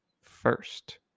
First